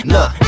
Look